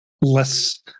less